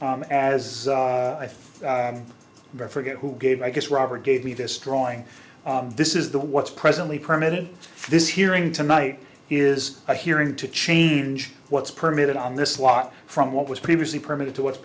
reforge who gave i guess robert gave me this drawing this is the what's presently permitted this hearing tonight is a hearing to change what's permitted on this lot from what was previously permitted to what's